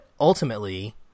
ultimately